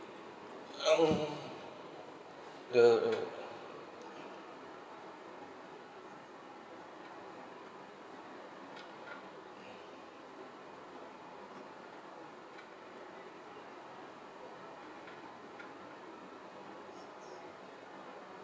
um the